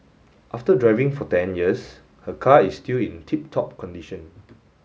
after driving for ten years her car is still in tip top condition